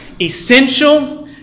essential